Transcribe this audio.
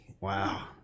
Wow